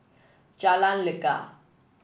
Jalan Lekar